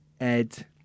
Ed